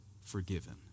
forgiven